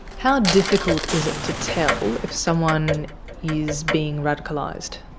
how difficult is it to tell if someone is being radicalised?